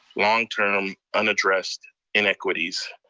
long-term, unaddressed inequities.